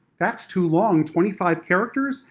that's too long! twenty five characters!